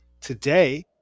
Today